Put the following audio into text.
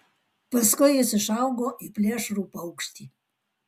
paskui jis išaugo į plėšrų paukštį